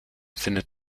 findet